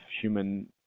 human